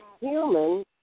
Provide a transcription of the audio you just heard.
human